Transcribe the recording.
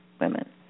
women